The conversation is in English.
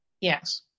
Yes